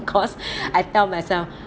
cause I tell myself